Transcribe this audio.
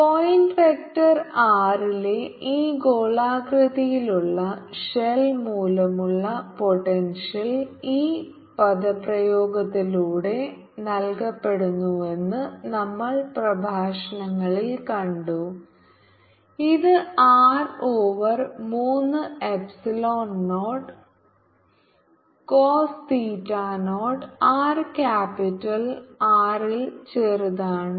point vector r ലെ ഈ ഗോളാകൃതിയിലുള്ള ഷെൽ മൂലമുള്ള പോട്ടെൻഷ്യൽ ഈ പദപ്രയോഗത്തിലൂടെ നൽകപ്പെടുന്നുവെന്ന് നമ്മൾ പ്രഭാഷണങ്ങളിൽ കണ്ടു ഇത് r ഓവർ മൂന്ന് എപ്സിലോൺ 0 0 കോസ് തീറ്റ0 r ക്യാപിറ്റൽ R ൽ ചെറുതാണ്